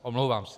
Omlouvám se.